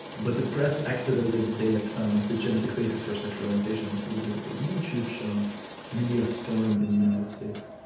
but the press acted as if they had found the genetic basis for sexual orientation and it was a huge, huge um media storm in the united states.